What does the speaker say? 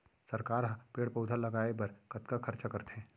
सरकार ह पेड़ पउधा लगाय बर कतका खरचा करथे